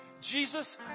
Jesus